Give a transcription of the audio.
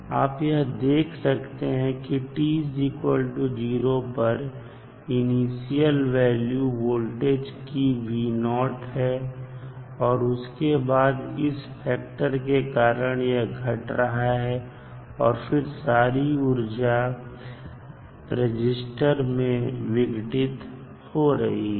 आप यह देख सकते हैं कि t 0 पर इनिशियल वैल्यू वोल्टेज की है और उसके बाद इस फैक्टर के कारण यह घट रहा है और फिर सारी ऊर्जा रजिस्टर में विघटित हो रही है